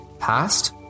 past